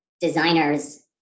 designers